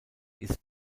ist